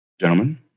gentlemen